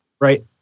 right